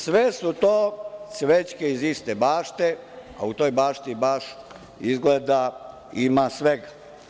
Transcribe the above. Sve su to cvećke iz iste bašte, a u toj bašti baš izgleda ima svega.